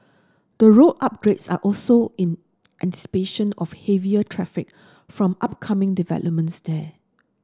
the road upgrades are also in anticipation of heavier traffic from upcoming developments there